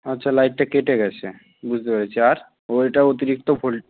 আচ্ছা লাইটটা কেটে গেছে বুঝতে পেরেছি আর ওইটা অতিরিক্ত